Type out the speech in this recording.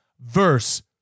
verse